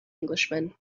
englishman